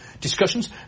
discussions